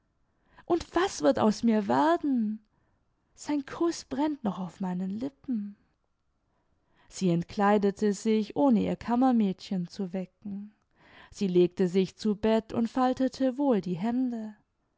und was wird aus mir werden sein kuß brennt noch auf meinen lippen sie entkleidete sich ohne ihr kammermädchen zu wecken sie legte sich zu bett und faltete wohl die hände